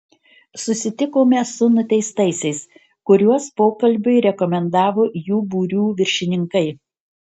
susitikome su nuteistaisiais kuriuos pokalbiui rekomendavo jų būrių viršininkai